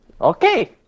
Okay